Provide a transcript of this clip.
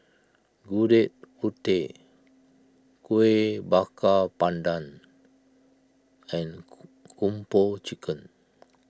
Gudeg Putih Kuih Bakar Pandan and Kung Po Chicken